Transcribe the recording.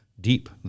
deep